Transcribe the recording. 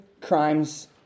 crimes